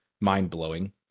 mind-blowing